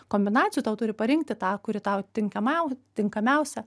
kombinacijų tau turi parinkti tą kuri tau tinkamiau tinkamiausia